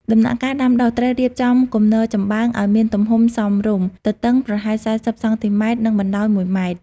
ដំណាក់កាលដាំដុះ ត្រូវរៀបចំគំនរចំបើងឲ្យមានទំហំសមរម្យ (ទទឹងប្រហែល ៤០ សង់ទីម៉ែត្រ និងបណ្ដោយ ១ ម៉ែត្រ)។